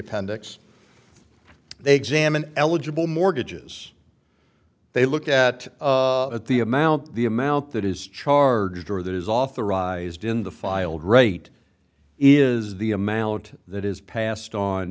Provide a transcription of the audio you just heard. appendix they examine eligible mortgages they look at the amount the amount that is charged or that is authorized in the filed rate is the amount that is passed on